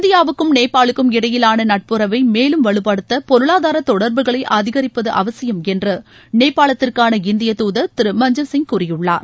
இந்தியாவுக்கும் நேபாளுக்கும் இடையிலான நட்புறவை மேலும் வலுப்படுத்த பொருளாதார தொடர்புகளை அதிகரிப்பது அவசியம் என்று நேபாளத்திற்கான இந்திய தூதர் திரு மஞ்சீவ் சிங் கூறியுள்ளார்